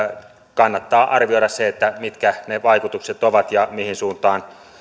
kannattaa arvioida se mitkä ne vaikutukset ovat ja mihin suuntaan